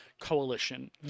coalition